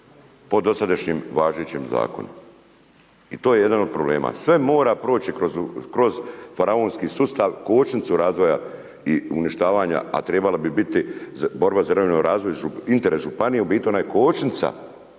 po dosadašnjem važećem zakonu. I to je jedan od problema. Sve mora proći kroz faraonski sustav, kočnicu razvoja i uništavanja, a trebala bi biti borba za .../Govornik se ne razumije./... razvoj, interes županije. U biti, ona je kočnica u